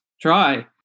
try